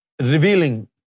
revealing